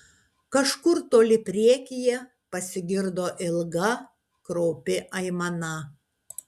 kažkur toli priekyje pasigirdo ilga kraupi aimana